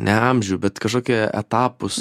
ne amžių bet kažkokį etapus